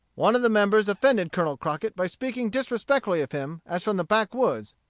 one of the members offended colonel crockett by speaking disrespectfully of him as from the back woods,